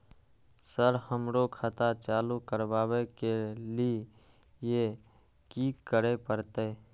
Sir हमरो खाता चालू करबाबे के ली ये की करें परते?